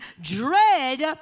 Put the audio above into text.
dread